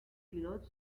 pilotes